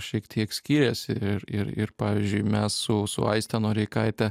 šiek tiek skyrėsi ir ir ir pavyzdžiui mes su su aiste noreikaite